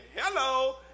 Hello